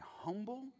humble